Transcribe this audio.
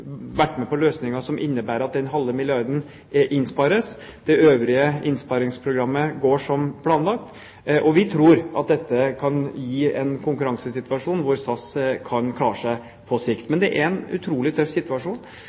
vært med på løsninger som innebærer at en halv milliard kr innspares. Det øvrige innsparingsprogrammet går som planlagt. Vi tror at dette kan gi en konkurransesituasjon hvor SAS kan klare seg på sikt. Men det er en utrolig tøff situasjon.